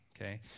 Okay